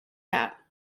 tap